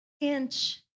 inch